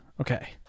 okay